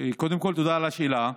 קודם כול, תודה על השאלה.